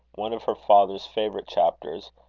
one of her father's favourite chapters,